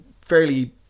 fairly